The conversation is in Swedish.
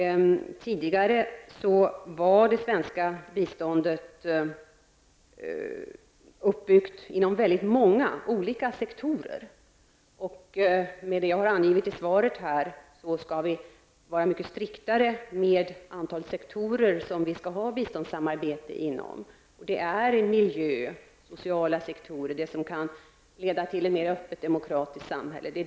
Tidigare var det svenska biståndet uppbyggt inom många olika sektorer. Vi skall nu vara mycket striktare med det antal sektorer som vi skall ha biståndssamarbete inom. Det gäller miljö, sociala sektorer och sådant som kan leda till ett mer öppet demokratiskt samhälle.